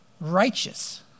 righteous